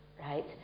right